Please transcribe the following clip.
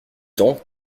temps